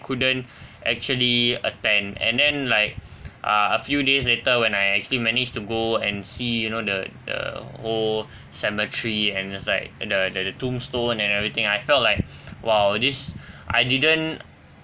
couldn't actually attend and then like uh a few days later when I actually managed to go and see you know the the whole cemetery and just like the the tombstone and everything I felt like !wow! this I didn't